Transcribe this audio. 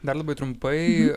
dar labai trumpai